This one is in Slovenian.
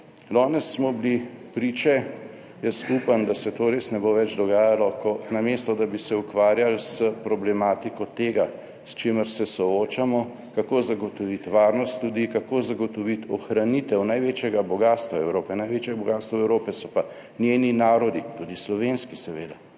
danes smo bili priče, jaz upam, da se to res ne bo več dogajalo, ko namesto, da bi se ukvarjali s problematiko tega, s čimer se soočamo, kako zagotoviti varnost ljudi, kako zagotoviti ohranitev največjega bogastva Evrope, največje bogastvo Evrope so pa njeni narodi, tudi slovenski seveda,